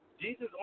Jesus